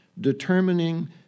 Determining